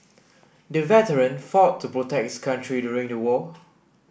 the veteran fought to protect his country during the war